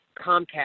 Comcast